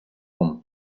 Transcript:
con